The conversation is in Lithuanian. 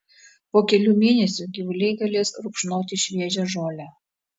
po kelių mėnesių gyvuliai galės rupšnoti šviežią žolę